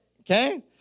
okay